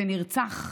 שנרצח,